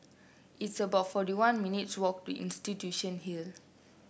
it's about forty one minutes' walk to Institution Hill